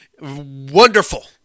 wonderful